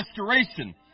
restoration